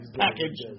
package